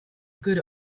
good